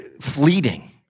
fleeting